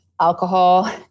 alcohol